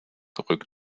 rückt